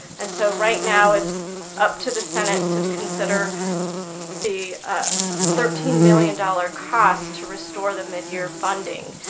and so right now it's up to the senate to to consider the thirteen million dollars cost to restore the midyear funding.